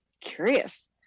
curious